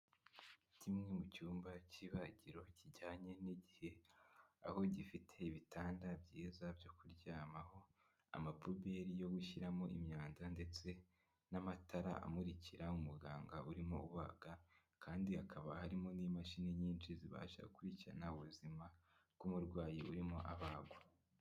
Kimwe mu cyumba cy'ibagiro kijyanye n'igihe, aho gifite ibitanda byiza byo kuryamaho, amapuberi yo gushyiramo imyanda ndetse n'amatara amurikira umuganga urimo ubaga kandi hakaba harimo n'imashini nyinshi zibasha gukurikirana ubuzima bw'umurwayi urimo abagwa.